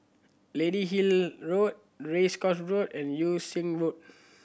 Lady Hill Road Race Course Road and Yew Sing Road